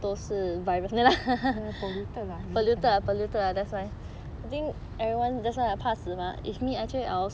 ya polluted lah